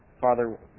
Father